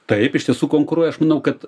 taip iš tiesų konkuruoja aš manau kad